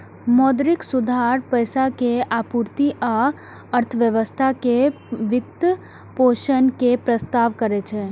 मौद्रिक सुधार पैसा के आपूर्ति आ अर्थव्यवस्था के वित्तपोषण के प्रस्ताव करै छै